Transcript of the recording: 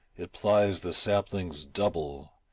it plies the saplings double,